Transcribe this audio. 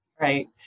Right